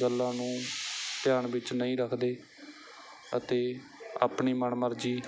ਗੱਲਾਂ ਨੂੰ ਧਿਆਨ ਵਿੱਚ ਨਹੀਂ ਰੱਖਦੇ ਅਤੇ ਆਪਣੀ ਮਨ ਮਰਜ਼ੀ